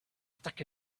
stuck